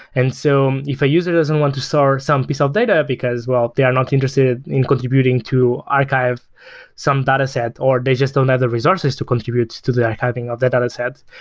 and so um if a user doesn't want to store some piece of data, because well they are not interested in contributing to archive some data set or they just don't have the resources to contribute to the archiving of that data set,